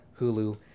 hulu